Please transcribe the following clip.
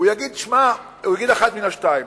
יגיד אחת מן השתיים: